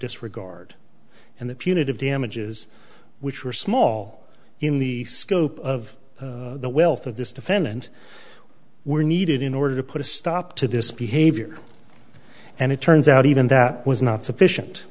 disregard and the punitive damages which were small in the scope of the wealth of this defendant were needed in order to put a stop to this behavior and it turns out even that was not sufficient